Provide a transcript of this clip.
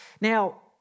Now